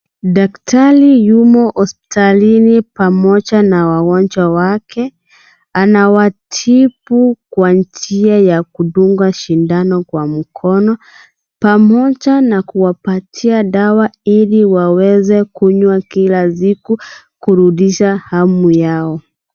Daktari yumo hospitalini pamoja na wagonjwa wake. Anawatibu kwa njia ya kudungwa sindano kwa mkono pamoja na kuwapatia dawa ili waweze kunywa kila siku kurudisha hamu yao.